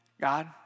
God